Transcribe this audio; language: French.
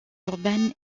urbaine